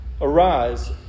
Arise